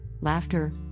laughter